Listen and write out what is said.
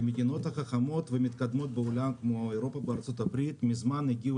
המדינות החכמות והמתקדמות בעולם כמו באירופה ובארה"ב מזמן הגיעו